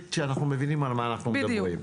שאנחנו מבינים על מה אנחנו מדברים.